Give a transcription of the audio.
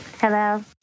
Hello